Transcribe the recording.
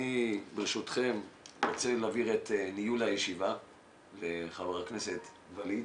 אני ברשותכם ארצה להעביר את ניהול הישיבה לחבר הכנסת ווליד,